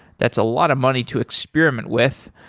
that's a lot of money to experiment with.